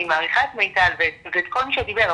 אני מעריכה את מיטל ואת כל מי שדיבר,